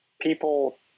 people